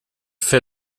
fait